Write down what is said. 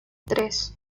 tres